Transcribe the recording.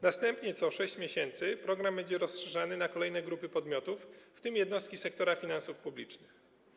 Następnie co 6 miesięcy program będzie rozszerzany na kolejne grupy podmiotów, w tym jednostki sektora finansów publicznych.